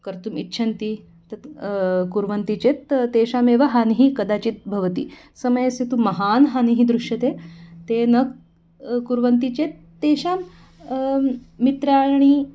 कर्तुम् इच्छन्ति तत् कुर्वन्ति चेत् तेषामेव हानिः कदाचित् भवति समयस्य तु महान् हानिः दृश्यते ते न कुर्वन्ति चेत् तेषां मित्राणि